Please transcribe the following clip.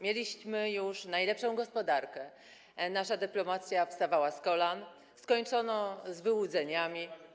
Mieliśmy już najlepszą gospodarkę, nasza dyplomacja wstawała z kolan, skończono z wyłudzeniami.